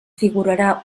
figurarà